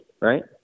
Right